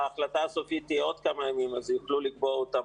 ההחלטה הסופית תהיה עוד כמה ימים ויוכלו לקבוע.